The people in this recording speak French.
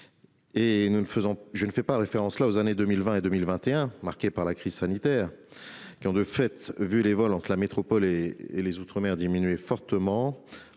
Je ne fais pas référence aux années 2020 et 2021 marquées par la crise sanitaire, qui ont, de fait, vu le nombre de vols entre la métropole et les outre-mer diminuer fortement.